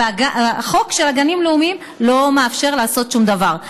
וחוק גנים לאומיים לא מאפשר לעשות שום דבר.